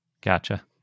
Gotcha